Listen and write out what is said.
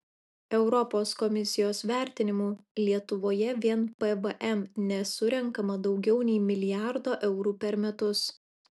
europos komisijos vertinimu lietuvoje vien pvm nesurenkama daugiau nei milijardo eurų per metus